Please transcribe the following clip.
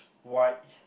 white